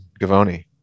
Gavoni